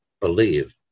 believe